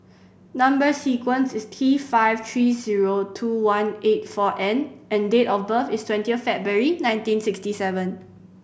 number sequence is T five three zero two one eight four N and date of birth is twenty February nineteen sixty seven